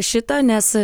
šito nes